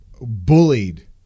bullied